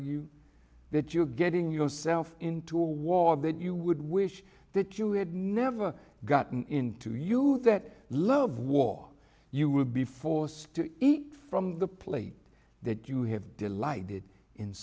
you that you are getting yourself into a war that you would wish that you had never gotten into you that love war you would be forced to eat from the plate that you have delighted